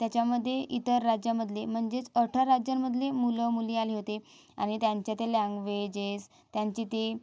त्याच्यामधे इतर राज्यामधले म्हणजेच अठरा राज्यांमधली मुलं मुली आले होते आणि त्यांच्या ते लँग्वेजेस त्यांची ती